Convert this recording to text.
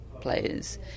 players